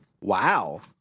Wow